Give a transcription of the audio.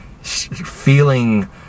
feeling